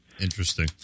interesting